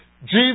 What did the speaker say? Jesus